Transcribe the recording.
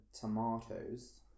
tomatoes